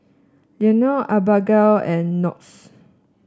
Leone Abagail and Knox